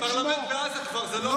גם הפרלמנט בעזה זה כבר לא מקום, זה בסדר.